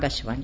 Akashvani